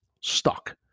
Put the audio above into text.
stuck